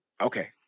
Okay